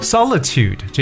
Solitude